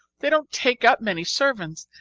they don't take up many servants,